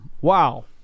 Wow